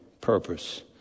purpose